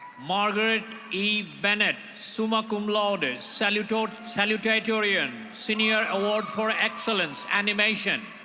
margaret e bennett, summa cum laude, ah salut-salutatorian, senior award for excellence animation.